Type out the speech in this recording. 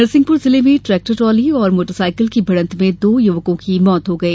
नरसिंहपुर जिले में tractor trolley और मोटरसाइकिल की भिडंत में दो युवकों की मौत हो गई